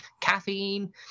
caffeine